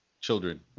children